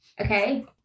okay